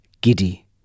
giddy